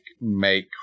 make